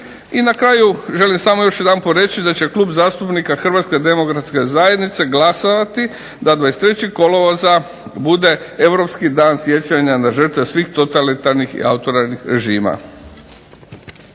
I na kraju želim samo još jedanput reći da će Klub zastupnika HDZ-a glasovati da 23. kolovoza bude europski dan sjećanja na žrtve svih totalitarnih i autoritarnih režim.